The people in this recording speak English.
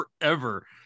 forever